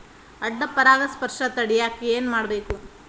ಅಡ್ಡ ಪರಾಗಸ್ಪರ್ಶ ತಡ್ಯಾಕ ಏನ್ ಮಾಡ್ಬೇಕ್?